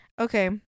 Okay